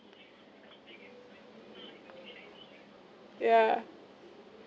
yeah